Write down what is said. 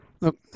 look